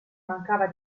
mancava